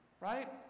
Right